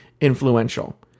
influential